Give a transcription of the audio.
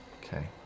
Okay